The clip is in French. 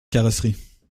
carrosserie